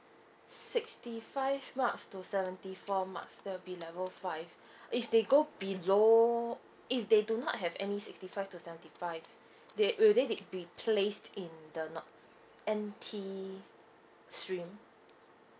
sixty five marks to seventy four marks that'll be level five if they go below if they do not have any sixty five to seventy five they will they be placed in the not N T stream